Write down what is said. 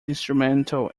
instrumental